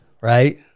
right